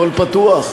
הכול פתוח,